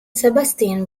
sebastian